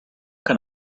can